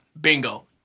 Bingo